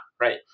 right